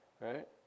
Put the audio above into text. right